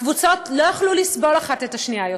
הקבוצות לא יכלו לסבול אחת את השנייה יותר.